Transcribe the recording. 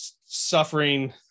suffering